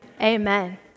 Amen